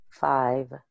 Five